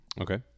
Okay